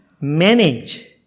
Manage